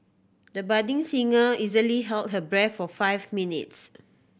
the budding singer easily held her breath for five minutes